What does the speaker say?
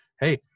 hey